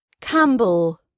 Campbell